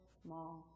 small